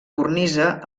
cornisa